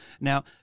Now